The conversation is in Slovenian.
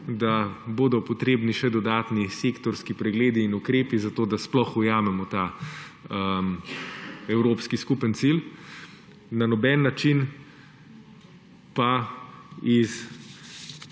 da bodo potrebni še dodatni sektorski pregledi in ukrepi, zato da sploh ujamemo ta evropski skupni cilj, na noben način pa iz